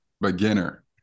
beginner